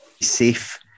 safe